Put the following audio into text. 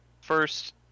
first